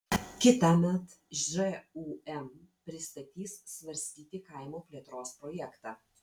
kitąmet žūm pristatys svarstyti kaimo plėtros projektą